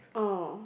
oh